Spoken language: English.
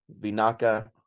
Vinaka